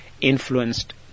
Influenced